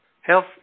health